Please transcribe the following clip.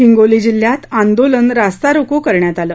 हिंगोली जिल्ह्यात आंदोलन रास्ता रोको करण्यात आलं